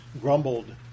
grumbled